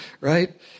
right